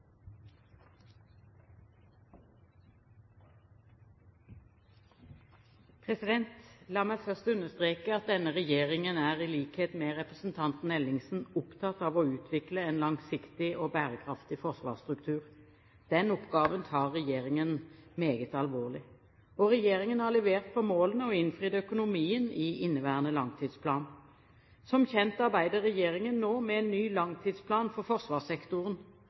La meg først understreke at denne regjeringen er, i likhet med representanten Ellingsen, opptatt av å utvikle en langsiktig og bærekraftig forsvarsstruktur. Den oppgaven tar regjeringen meget alvorlig. Regjeringen har levert på målene og innfridd økonomien i inneværende langtidsplan. Som kjent arbeider regjeringen nå med en ny langtidsplan for forsvarssektoren.